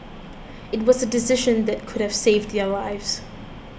it was a decision that could have saved their lives